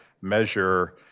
measure